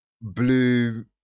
blue